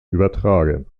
übertragen